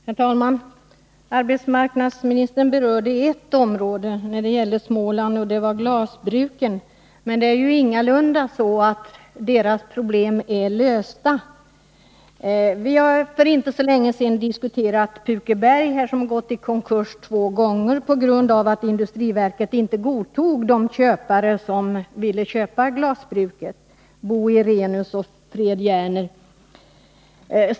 Herr talman! Arbetsmarknadsministern berörde ett område när det gällde Småland, och det var glasbruken. Men det är ju ingalunda så att deras problem är lösta. Vi har för inte så länge sedan här diskuterat Pukeberg, som har gått i konkurs två gånger på grund av att industriverket inte godtog Bo Irenaeus och Fred Jerner som köpare av glasbruket.